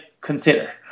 consider